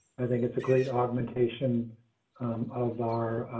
i think it's a great augmentation of our.